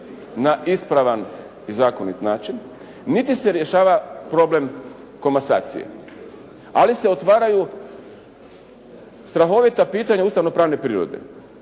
na ispravan i zakonit način niti se rješava problem komasacije, ali se otvaraju strahovita pitanja ustavno-pravne prirode